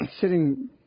sitting